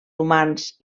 humans